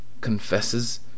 confesses